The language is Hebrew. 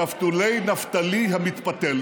נפתולי נפתלי המתפתל.